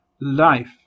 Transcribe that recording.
life